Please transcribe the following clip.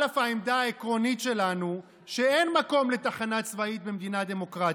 על אף העמדה העקרונית שלנו שאין מקום לתחנה צבאית במדינה דמוקרטית,